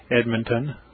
Edmonton